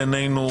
בעינינו,